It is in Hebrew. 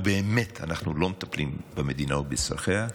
ובאמת אנחנו לא מטפלים במדינה ובצרכיה,